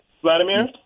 Vladimir